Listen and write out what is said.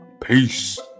Peace